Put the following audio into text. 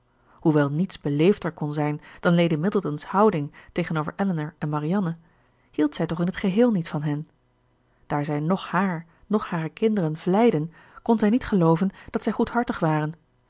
hoewel niets beleefder kon zijn dan lady middleton's houding tegenover elinor en marianne hield zij toch in het geheel niet van hen daar zij noch haar noch hare kinderen vleiden kon zij niet gelooven dat zij goedhartig waren